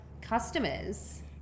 customers